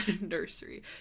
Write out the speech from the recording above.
nursery